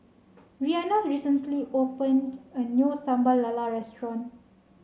Rianna recently opened a new Sambal Lala restaurant